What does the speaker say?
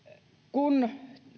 kun